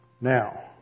Now